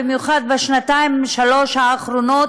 במיוחד בשנתיים-שלוש האחרונות,